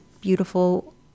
beautiful